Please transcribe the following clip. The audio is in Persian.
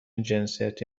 جنسیتی